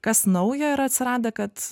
kas nauja yra atsiradę kad